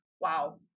wow